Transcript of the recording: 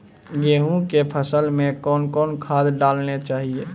गेहूँ के फसल मे कौन कौन खाद डालने चाहिए?